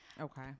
okay